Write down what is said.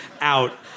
out